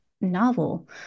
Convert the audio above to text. novel